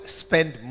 spend